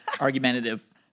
argumentative